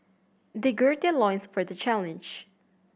they gird their loins for the challenge